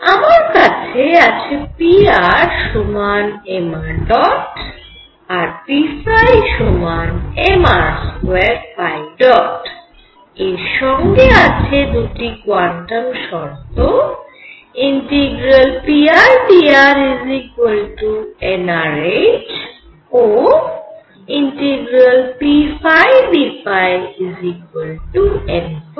আমার কাছে আছে pr সমান mṙ আর p সমান mr2ϕ̇ এর সঙ্গে আছে দুটি কোয়ান্টাম শর্ত ∫prdr nr h ও ∫pdϕ nh